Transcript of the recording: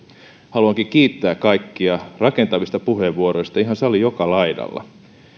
haluankin kiittää kaikkia rakentavista puheenvuoroista ihan salin joka laidalta